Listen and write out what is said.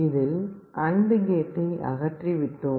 இதில் AND கேட்டை அகற்றி விட்டோம்